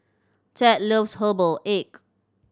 Thad loves herbal egg